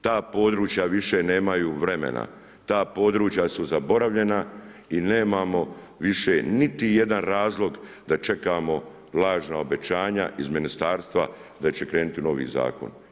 Ta područja više nemaju vremena, ta područja su zaboravljena i nemamo više niti jedan razlog da čekamo lažna obećanja iz ministarstva da će krenuti novi zakon.